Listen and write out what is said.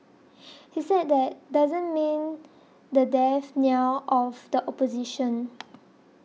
he said that does not mean the death knell of the opposition